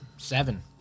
seven